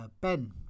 Ben